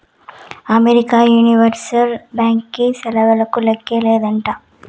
America universal బ్యాంకీ సేవలకు లేక్కే లేదంట